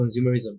consumerism